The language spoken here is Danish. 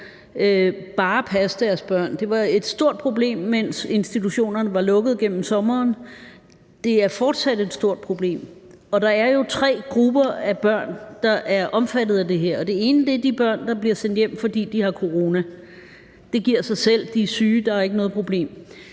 bare at passe deres børn. Det var et stort problem, mens institutionerne var lukket gennem sommeren. Det er fortsat et stort problem, og der er jo tre grupper af børn, der er omfattet af det her. Den ene gruppe er de børn, der bliver sendt hjem, fordi de har corona. Det giver sig selv, de er syge, så det er ikke noget problem.